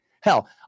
Hell